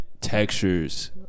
textures